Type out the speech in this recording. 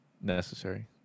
Necessary